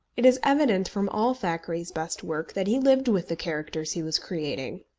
it is evident from all thackeray's best work that he lived with the characters he was creating.